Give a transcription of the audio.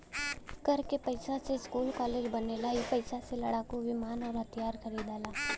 कर के पइसा से स्कूल कालेज बनेला ई पइसा से लड़ाकू विमान अउर हथिआर खरिदाला